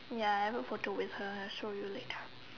ya I have a photo with her I'll show you later